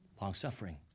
longsuffering